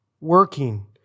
working